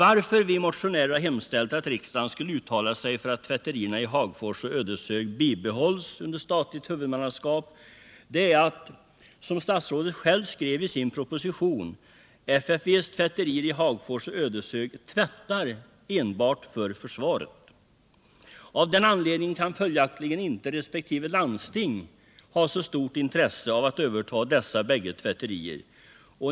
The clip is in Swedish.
Att vi motionärer har hemställt att riksdagen skulle uttala sig för att tvätterierna i Hagfors och Ödeshög bibehålls under statligt huvudmannaskap beror på att, som statsrådet själv skrev i sin proposition, FFV:s tvätterier i Hagfors och Ödeshög tvättar enbart för försvaret. Av den anledningen kan följaktligen inte resp. landsting ha så stort intresse av att överta dessa bägge tvätterier.